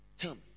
come